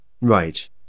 Right